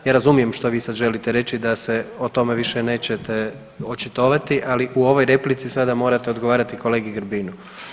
Ja razumijem što vi sad želite reći, da se o tome više nećete očitovati, ali u ovoj replici sada morate odgovarati kolegi Grbinu.